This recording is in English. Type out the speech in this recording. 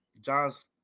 John's